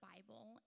Bible